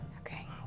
Okay